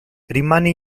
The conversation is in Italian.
rimane